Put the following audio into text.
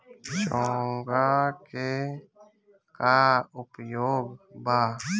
चोंगा के का उपयोग बा?